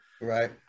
Right